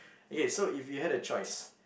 okay so if you had a choice